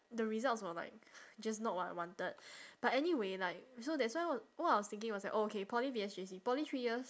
the results were like just not what I wanted but anyway like so that's why wh~ what I was thinking was like oh okay poly V S J_C poly three years